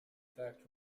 fact